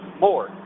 more